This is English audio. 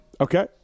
Okay